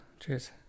Cheers